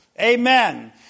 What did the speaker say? Amen